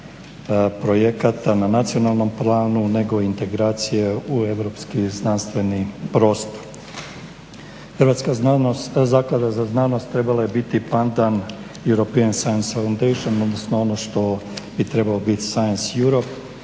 Hrvatska zaklada za znanost trebala je biti pandan European science foundation, odnosno ono što bi trebao biti science Europe